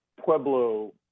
Pueblo